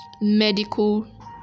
Medical